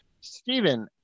Stephen